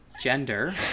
gender